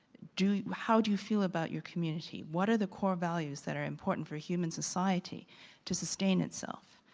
do, how do you feel about your community? what are the core values that are important for human society to sustain itself?